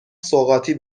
سوغاتی